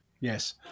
Yes